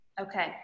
Okay